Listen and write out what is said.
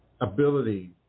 ability